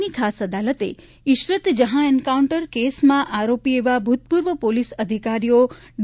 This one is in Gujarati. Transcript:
ની ખાસ અદાલતે ઇશરત જહાં એન્કાઉન્ટર કેસમાં આરોપી એવા ભૂતપૂર્વ પોલીસ અધિકારીઓ ડી